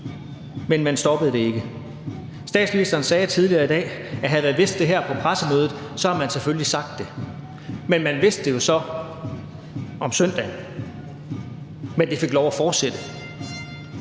men man stoppede det ikke. Statsministeren sagde tidligere i dag, at havde man vidst det her på pressemødet, så havde man selvfølgelig sagt det. Men man vidste det jo så om søndagen, men det fik lov at fortsætte.